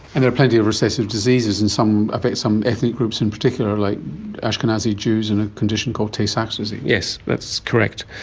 and there are plenty of recessive diseases, and it affects some ethnic groups in particular, like ashkenazi jews and a condition called tay-sachs disease. yes, that's correct.